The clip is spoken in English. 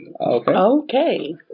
Okay